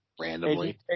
Randomly